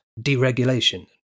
deregulation